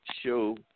show